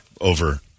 over